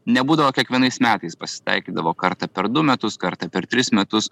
nebūdavo kiekvienais metais pasitaikydavo kartą per du metus kartą per tris metus